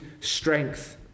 strength